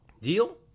Deal